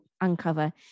uncover